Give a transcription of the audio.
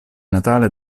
natale